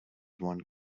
one